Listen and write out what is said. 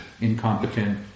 incompetent